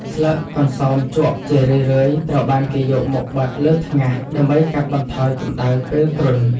ស្លឹកកន្សោមជក់ជារឿយៗត្រូវបានគេយកមកបិទលើថ្ងាសដើម្បីកាត់បន្ថយកម្តៅពេលគ្រុន។